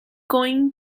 going